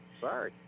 Sorry